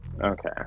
Okay